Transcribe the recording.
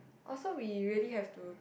oh so we really have to